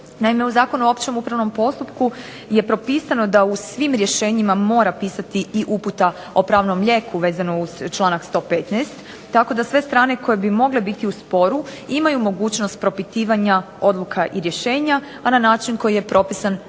Naime, u Zakonu o općem upravnom postupku je propisano da u svim rješenjima mora pisati i uputa o pravnom lijeku vezano uz članak 115. tako da sve strane koje bi mogle biti u sporu imaju mogućnost propitivanja odluka i rješenja, a na način koji je propisan Zakonom